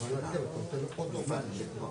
או עיבוד של מזון לרבות גומי לעיסה,